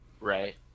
right